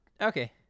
Okay